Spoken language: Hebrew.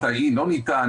מתי לא ניתן,